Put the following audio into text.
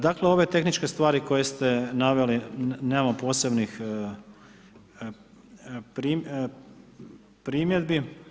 Dakle ove tehničke stvari koje ste naveli nemamo posebnih primjedbi.